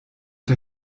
der